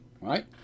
right